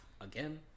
again